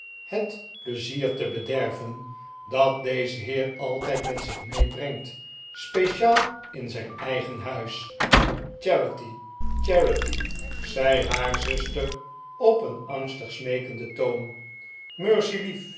het pleizier te bederven dat deze heer altijd met zich meebrengt speciaal in zijn eigen huis charity charity zei haar zuster op een angstig smeekenden toon